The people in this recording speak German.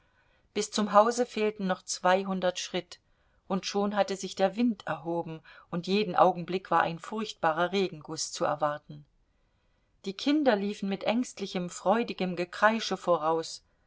bis zum hause fehlten noch zweihundert schritt und schon hatte sich der wind erhoben und jeden augenblick war ein furchtbarer regenguß zu erwarten die kinder liefen mit ängstlichem freudigem gekreische voraus